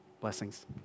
Blessings